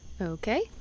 Okay